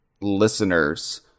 listeners